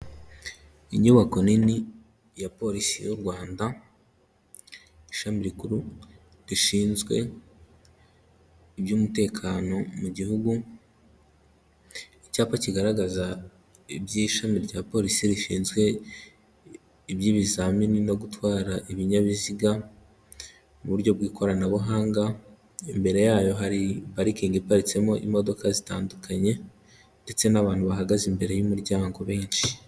Inyubako nini ya polisi y'u Rwanda, ishami rikuru rishinzwe iby'umutekano mu gihugu, icyapa kigaragaza iby'ishami rya polisi rishinzwe iby'ibizamini no gutwara ibinyabiziga mu buryo bw'ikoranabuhanga. Imbere yayo hari parikingi iparitsemo imodoka zitandukanye ndetse n'abantu bahagaze imbere y'umuryango benshi.